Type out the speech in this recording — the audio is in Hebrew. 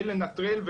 כדי לנטרל,